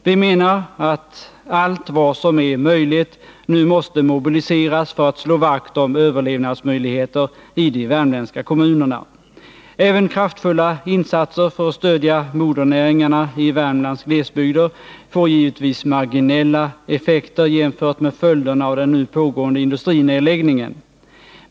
Vi menar att man, för att slå vakt om överlevnadsmöjligheterna i de värmländska kommunerna, nu måste mobilisera allt vad som är möjligt. Även kraftfulla insatser för att stödja modernäringarna i Värmlands glesbygder får givetvis marginella effekter jämfört med följderna av den nu pågående industrinedläggningen.